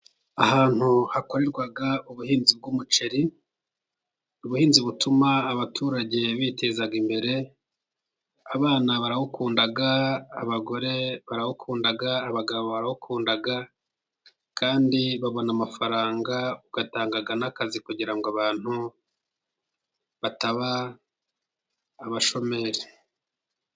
Ahantu hakorerwa ubuhinzi bw'umuceri ,ubuhinzi butuma abaturage biteza imbere abana barawukunda, abagore barawukunda ,abagabo bawukunda ,kandi babona amafaranga ugatanga n'akazi kugira ngo abantu bataba abashomeri.